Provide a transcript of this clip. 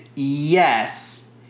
Yes